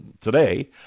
today